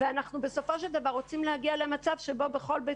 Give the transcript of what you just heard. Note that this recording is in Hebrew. ובסופו של דבר אנחנו רוצים להגיע למצב שבו בכל בית